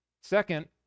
Second